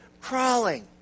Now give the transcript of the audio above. crawling